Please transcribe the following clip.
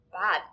bad